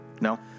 no